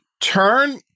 turn